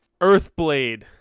Earthblade